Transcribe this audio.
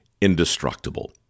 indestructible